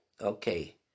Okay